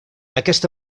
aquesta